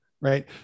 Right